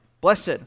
Blessed